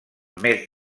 més